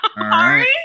Sorry